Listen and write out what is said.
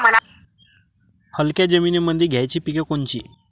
हलक्या जमीनीमंदी घ्यायची पिके कोनची?